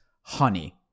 Honey